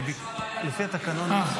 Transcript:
לפי התקנון אי-אפשר.